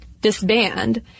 disband